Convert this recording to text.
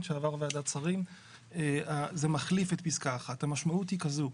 שעבר ועדת שרים זה מחליף את פסקה 1. המשמעות היא כזאת: